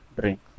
drink